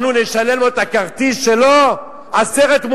אנחנו נשלם לו את הכרטיס שלו עשרת מונים.